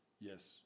yes